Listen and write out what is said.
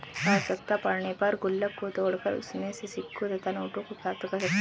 आवश्यकता पड़ने पर गुल्लक को तोड़कर उसमें से सिक्कों तथा नोटों को प्राप्त कर सकते हैं